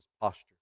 posture